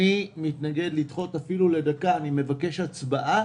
אני מתנגד לדחות אפילו לדקה, ואני מבקש הצבעה.